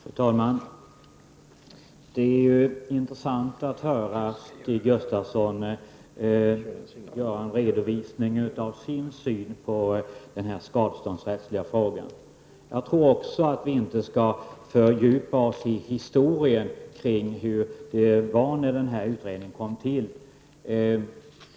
Fru talman! Det är intressant att höra Stig Gustafsson redovisa sin syn på denna skadeståndsrättsliga fråga. Jag menar att vi inte skall fördjupa oss i historien kring hur läget var när utredningen tillsattes.